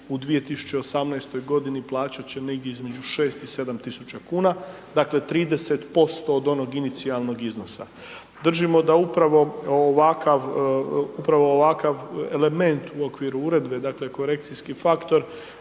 u 2018. g. plaćat će negdje između 6 i 7 tisuća kuna. Dakle 30% od onog inicijalnog iznosa. Držimo da upravo ovakav element u okviru uredbe, dakle korekcijski faktor